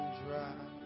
dry